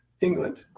England